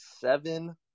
seven